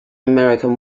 american